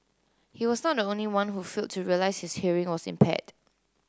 he was not the only one who feel to realise his hearing was impaired